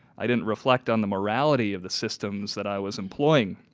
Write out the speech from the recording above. i didn't reflect on the morality of the systems that i was employing.